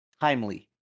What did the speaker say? timely